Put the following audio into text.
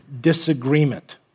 disagreement